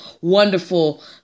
wonderful